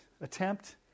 attempt